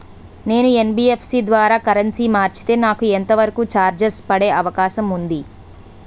నేను యన్.బి.ఎఫ్.సి ద్వారా కరెన్సీ మార్చితే నాకు ఎంత వరకు చార్జెస్ పడే అవకాశం ఉంది?